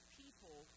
people